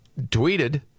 tweeted